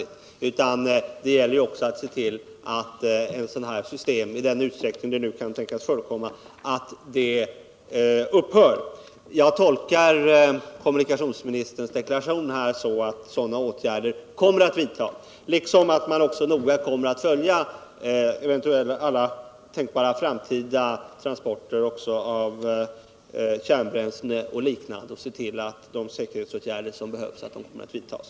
Nämnda indragning motiveras ju, nu liksom tidigare, med att ekonomiska vinster skall kunna göras. Vill kommunikationsministern närmare redogöra för vilka planer som föreligger på att eliminera de negativa effekterna av att bemanningen på Måseskär dras in och vilka ekonomiska besparingar som kan göras om nuvarande bemanning ersätts av observationsstationer samt vilka kontakter sjöfartsverket avser hålla med exempelvis Svenska sällskapet för räddning av skeppsbrutna vid eventuella diskussioner i frågan?